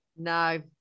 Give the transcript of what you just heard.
No